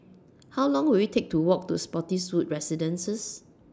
How Long Will IT Take to Walk to Spottiswoode Residences